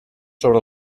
sobre